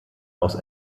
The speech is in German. aus